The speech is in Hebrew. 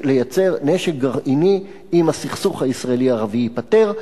לייצר נשק גרעיני אם הסכסוך הישראלי ערבי ייפתר?